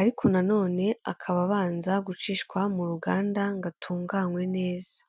ariko na none akaba abanza gucishwa mu ruganda ngo atunganywe neza.